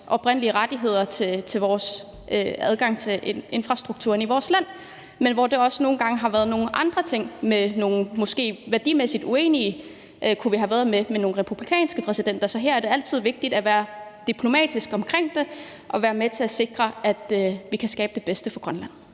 oprindelige rettigheder til vores adgang til infrastrukturen i vores land, men hvor der nogle gange også har været nogle andre ting, hvor vi måske værdimæssigt kunne være uenige med nogle republikanske præsidenter. Så det er her altid vigtigt at være diplomatisk omkring det og at være med til at sikre, at vi kan skabe det bedste for Grønland.